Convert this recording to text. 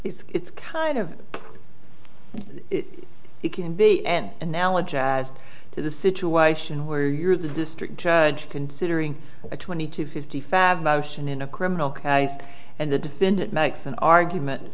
it's kind of it can be an analogy as to the situation where you're the district judge considering a twenty to fifty five motion in a criminal case and the defendant makes an argument